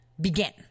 begin